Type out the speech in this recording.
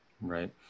Right